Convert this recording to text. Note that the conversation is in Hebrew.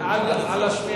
הם לא,